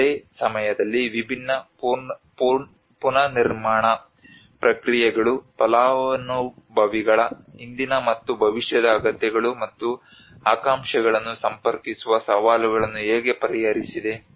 ಅದೇ ಸಮಯದಲ್ಲಿ ವಿಭಿನ್ನ ಪುನರ್ನಿರ್ಮಾಣ ಪ್ರಕ್ರಿಯೆಗಳು ಫಲಾನುಭವಿಗಳ ಹಿಂದಿನ ಮತ್ತು ಭವಿಷ್ಯದ ಅಗತ್ಯಗಳು ಮತ್ತು ಆಕಾಂಕ್ಷೆಗಳನ್ನು ಸಂಪರ್ಕಿಸುವ ಸವಾಲುಗಳನ್ನು ಹೇಗೆ ಪರಿಹರಿಸಿದೆ